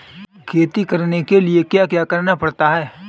खेती करने के लिए क्या क्या करना पड़ता है?